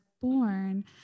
born